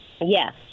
Yes